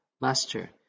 Master